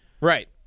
Right